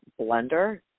blender